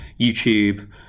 YouTube